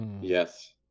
Yes